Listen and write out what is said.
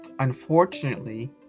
Unfortunately